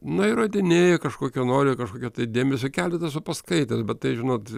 nu įrodinėja kažkokio nori kažkokio tai dėmesio keletą esu paskaitęs bet tai žinot